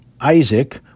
Isaac